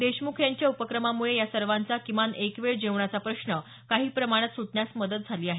देशमुख यांच्या या उपक्रमांमुळे या सर्वांचा किमान एकवेळा जेवणाचा प्रश्न काही प्रमाणात सुटण्यास मदत झाली आहे